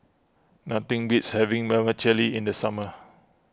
nothing beats having Vermicelli in the summer